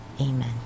Amen